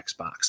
xbox